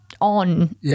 on